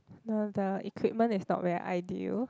no the equipment is not very ideal